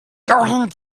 going